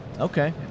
Okay